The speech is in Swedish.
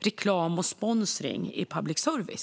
reklam och sponsring i public service.